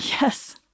Yes